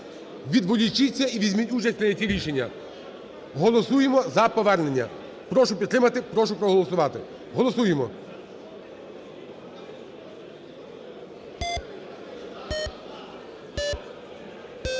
Відволічіться і візьміть участь в прийнятті рішення. Голосуємо за повернення. Прошу підтримати. Прошу проголосувати. Голосуємо.